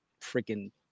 freaking